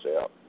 out